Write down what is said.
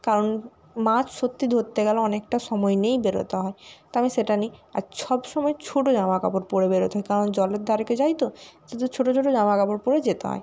কারণ মাছ সত্যি ধরতে গেলে অনেকটা সময় নিয়েই বেরোতে হয় তো আমি সেটা নিই আর সবসময় ছোট জামাকাপড় পরে বেরোতে হয় কারণ জলের ধারকে যাই তো ছোট ছোট জামাকাপড় পরে যেতে হয়